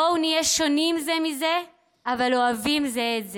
בואו נהיה שונים זה מזה אבל אוהבים זה את זה.